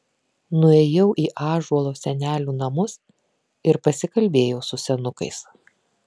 nuėjau į ąžuolo senelių namus ir pasikalbėjau su senukais